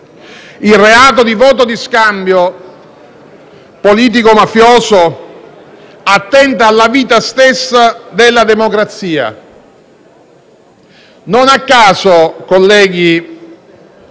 Il reato di voto di scambio politico-mafioso attenta alla vita stessa della democrazia. Non a caso, colleghi,